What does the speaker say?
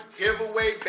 giveaway